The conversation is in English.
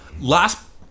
last